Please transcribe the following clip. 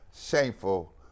Shameful